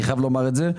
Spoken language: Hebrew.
אני חייב לומר את זה.